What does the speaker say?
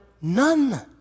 none